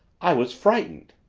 i was frightened.